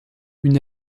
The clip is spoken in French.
une